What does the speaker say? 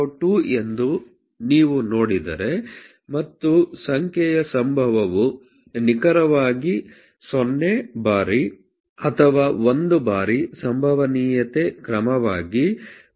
02 ಎಂದು ನೀವು ನೋಡಿದರೆ ಮತ್ತು ಸಂಖ್ಯೆಯ ಸಂಭವವು ನಿಖರವಾಗಿ 0 ಬಾರಿ ಅಥವಾ 1 ಬಾರಿ ಸಂಭವನೀಯತೆ ಕ್ರಮವಾಗಿ 0